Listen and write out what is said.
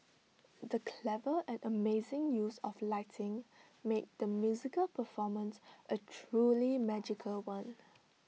the clever and amazing use of lighting made the musical performance A truly magical one